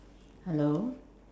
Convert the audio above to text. hello